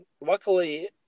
luckily